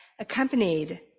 accompanied